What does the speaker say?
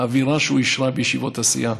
האווירה שהוא השרה בישיבות הסיעה,